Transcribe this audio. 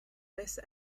laisse